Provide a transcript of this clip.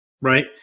right